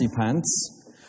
pants